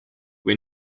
või